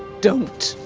don't.